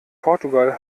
portugal